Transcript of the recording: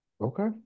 Okay